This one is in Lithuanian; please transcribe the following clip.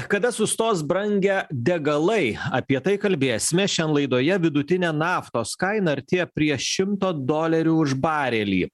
kada sustos brangę degalai apie tai kalbėsime šiandien laidoje vidutinė naftos kaina artėja prie šimto dolerių už barelį